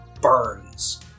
burns